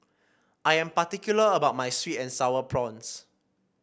I am particular about my sweet and sour prawns